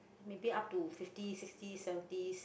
maybe up to fifty sixty seventies